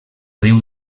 riu